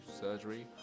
surgery